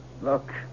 Look